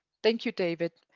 thank you, david.